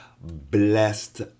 blessed